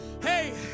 Hey